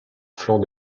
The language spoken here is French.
flanc